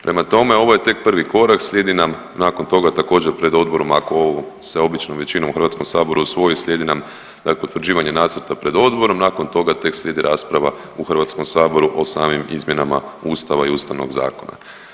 Prema tome, ovo je tek prvi korak, slijedi nam nakon toga također pred odborom ako ovo se običnom većinom u Hrvatskom saboru usvoji slijedi nam dakle utvrđivanje nacrta pred odborom, nakon toga tek slijedi rasprava u Hrvatskom saboru o samim izmjenama Ustava i Ustavnog zakona.